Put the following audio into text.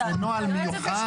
היא לא יודעת שהיא הופרה.